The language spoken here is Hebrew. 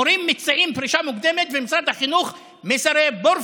מורים מציעים פרישה מוקדמת ומשרד החינוך מסרב.